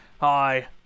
Hi